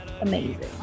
amazing